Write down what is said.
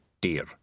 dear